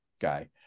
guy